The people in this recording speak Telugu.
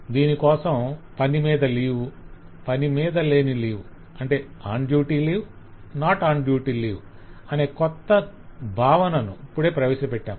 దీనికోసం 'పని మీద లీవ్' 'పని మీద లేని లీవ్' అనే కొత్త భావనను ఇప్పుడే ప్రవేశపెట్టాం